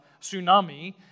tsunami